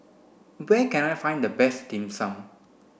where can I find the best dim sum